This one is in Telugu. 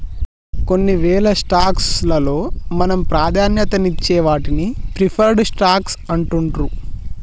కొన్నివేల స్టాక్స్ లలో మనం ప్రాధాన్యతనిచ్చే వాటిని ప్రిఫర్డ్ స్టాక్స్ అంటుండ్రు